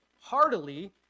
heartily